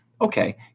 okay